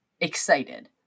excited